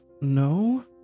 no